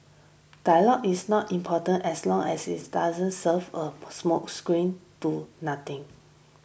dialogue is not important as long as it's doesn't serve a smokescreen to nothing